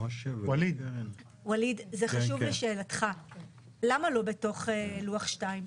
למה לא בתוך לוח2?